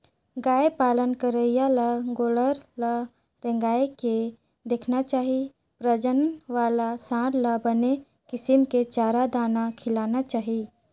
गाय पालन करइया ल गोल्लर ल रेंगाय के देखना चाही प्रजनन वाला सांड ल बने किसम के चारा, दाना खिलाना चाही